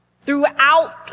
throughout